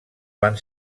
van